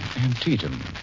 Antietam